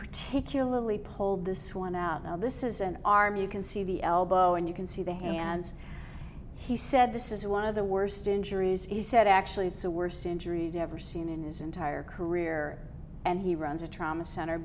particularly pulled this one out now this is an arm you can see the elbow and you can see the hands he said this is one of the worst injuries he said actually it's the worst injuries ever seen in his entire career and he runs a trauma cent